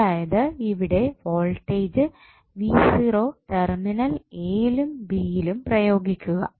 അതായത് ഇവിടെ voltage V zero terminal A യിലും ബി യിലും പ്രയോഗിക്കുക